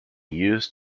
used